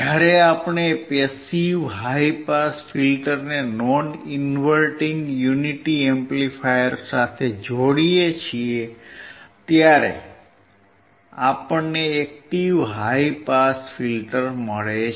જ્યારે આપણે passive high pass ફિલ્ટરને નોન ઇન્વર્ટીંગ યુનિટી એમ્પ્લીફાયર સાથે જોડીએ છીએ ત્યારે આપણને એક્ટીવ હાઇ પાસ ફિલ્ટર મળે છે